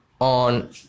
on